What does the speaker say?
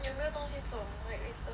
有没有东西煮 I eat first